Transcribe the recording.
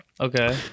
Okay